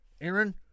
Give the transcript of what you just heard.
Aaron